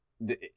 the-